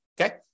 okay